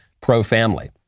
pro-family